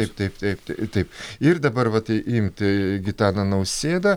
taip taip taip e taip ir dabar vat imti gitaną nausėdą